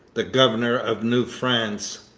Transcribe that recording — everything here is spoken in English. the governor of new france,